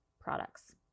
products